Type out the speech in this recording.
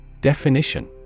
Definition